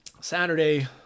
Saturday